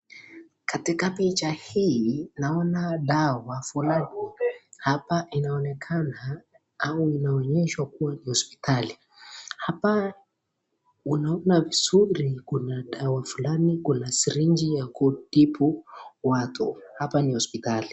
Katika picha hii naona dawa fulani, hapa inaonekana au inaonyeshwa kuwa ni hospitali, hapa unaona vizuri kuna dawa fulani kuna sirinji ya kutibu watu, hapa ni hospitali.